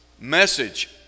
message